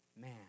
man